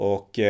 Och